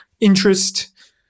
interest